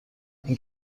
این